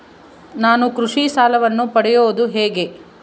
ನಾನು ಕೃಷಿ ಸಾಲವನ್ನು ಪಡೆಯೋದು ಹೇಗೆ?